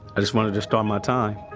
i just wanted to start my time